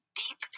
deep